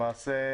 למעשה,